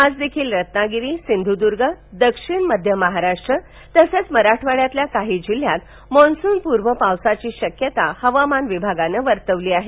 आज देखील रत्नागिरी सिंधुदुर्ग दक्षिण मध्य महाराष्ट्र तसंच मराठवाड्यातील काही जिल्ह्यात मान्सूनपूर्व पावसाची शक्यता हवामान विभागानं वर्तवली आहे